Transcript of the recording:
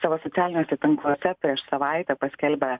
savo socialiniuose tinkluose prieš savaitę paskelbę